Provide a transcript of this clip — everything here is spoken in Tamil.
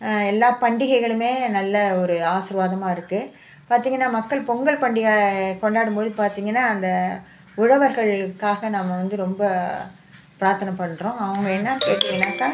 எல்லா பண்டிகைகளுமே நல்ல ஒரு ஆசிர்வாதமாக இருக்குது பார்த்திங்கனா மக்கள் பொங்கல் பண்டிகை கொண்டாடும் பொழுது பார்த்திங்கன்னா அந்த உழவர்களுக்காக நம்ம வந்து ரொம்ப பிராத்தனை பண்ணுறோம் அவங்க என்னன் கேட்டிங்கனாக்கா